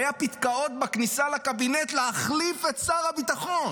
היו פתקאות בכניסה לקבינט להחליף את שר הביטחון.